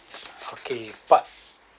okay part